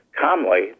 calmly